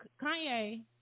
Kanye